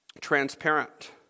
transparent